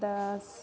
पाँच